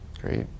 Great